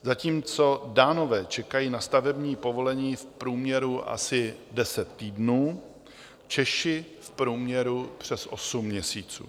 Zatímco Dánové čekají na stavební povolení v průměru asi deset týdnů, Češi v průměru přes osm měsíců.